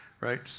right